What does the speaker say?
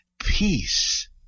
peace